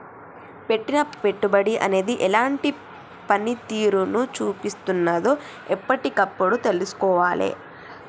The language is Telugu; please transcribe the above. పెట్టిన పెట్టుబడి అనేది ఎలాంటి పనితీరును చూపిస్తున్నదో ఎప్పటికప్పుడు తెల్సుకోవాలే